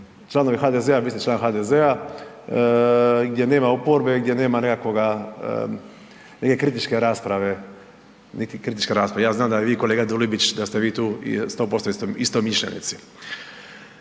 članovi HDZ-a, vi ste član HDZ-a, gdje nema oporbe, gdje nema nekakvoga, neke kritičke rasprave niti kritička rasprava. Ja znam da vi i kolega Dulibić, da ste vi tu 100% istomišljenici